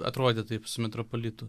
atrodė taip su metropolitu